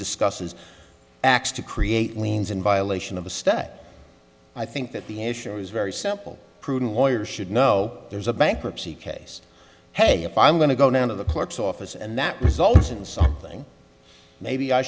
discusses x to create liens in violation of the stat i think that the issue is very simple prudent lawyers should know there's a bankruptcy case hey if i'm going to go down to the clerk's office and that results in something maybe i